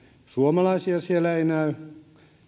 suomalaisia siellä ei näy